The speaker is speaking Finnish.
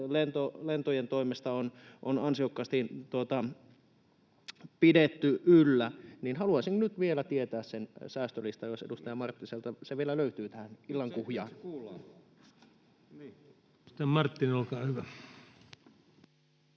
lentojen toimesta on ansiokkaasti pidetty yllä. Haluaisin nyt vielä tietää sen säästölistan, jos edustaja Marttiselta se vielä löytyy tähän illan kuhjaan. [Joonas Könttä: Nyt